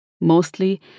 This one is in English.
Mostly